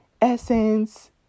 essence